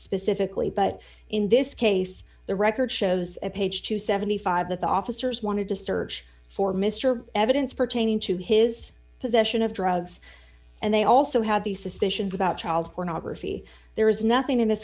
specifically but in this case the record shows at page two hundred and seventy five that the officers wanted to search for mr evidence pertaining to his possession of drugs and they also had these suspicions about child pornography there is nothing in th